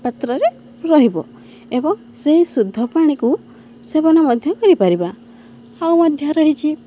ପାତ୍ରରେ ରହିବ ଏବଂ ସେଇ ଶୁଦ୍ଧ ପାଣିକୁ ସେବନ ମଧ୍ୟ କରିପାରିବା ଆଉ ମଧ୍ୟ ରହିଛି